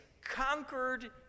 conquered